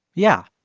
yeah,